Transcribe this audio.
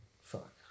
Fuck